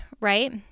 Right